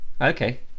Okay